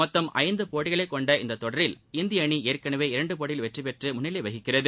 மொத்தம் ஐந்து போட்டிகளை கொண்ட இந்த தொடரில் இந்திய அணி ஏற்கனவே இரண்டு போட்டிகளில் வெற்றி பெற்று முன்னிலை வகிக்கிறது